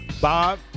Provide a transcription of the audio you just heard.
Bob